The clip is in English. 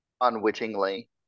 unwittingly